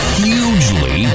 hugely